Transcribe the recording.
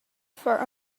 for